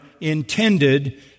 intended